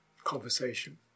conversation